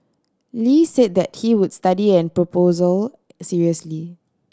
Lee said that he would study an proposal seriously